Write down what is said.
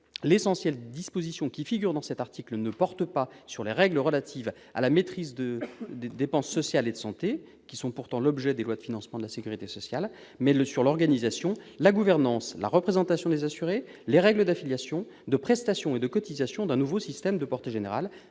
l'essentiel, les dispositions qui figurent dans cet article portent non pas sur les règles relatives à la maîtrise des dépenses sociales et de santé, qui sont pourtant l'objet des lois de financement de la sécurité sociale, mais sur l'organisation, la gouvernance, la représentation des assurés, les règles d'affiliation, de prestation et de cotisation d'un nouveau système de portée générale.